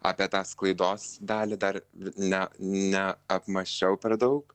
apie tą sklaidos dalį dar ne ne apmąsčiau per daug